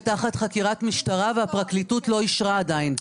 תחת חקירת משטרה והפרקליטות לא אישרה עדיין.